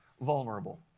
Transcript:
vulnerable